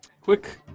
quick